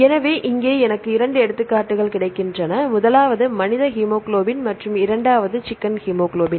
எனவே இங்கே எனக்கு இரண்டு எடுத்துக்காட்டுகள் கிடைக்கின்றன முதலாவது மனித ஹீமோகுளோபின் மற்றும் இரண்டாவது சிக்கன் ஹீமோகுளோபின்